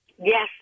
Yes